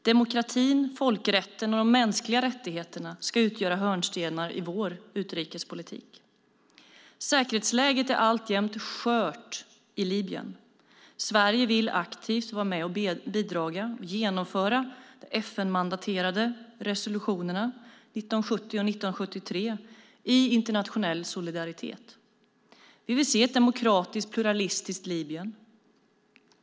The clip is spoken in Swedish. Demokratin, folkrätten och de mänskliga rättigheterna ska utgöra hörnstenar i vår utrikespolitik. Säkerhetsläget är alltjämt skört i Libyen. Sverige vill aktivt vara med och bidra och genomföra de FN-mandaterade resolutionerna 1970 och 1973 i internationell solidaritet. Vi vill se ett demokratiskt pluralistiskt Libyen.